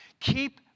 keep